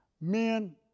men